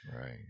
right